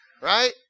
Right